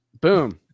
Boom